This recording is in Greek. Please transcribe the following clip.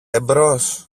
εμπρός